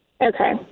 Okay